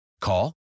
Call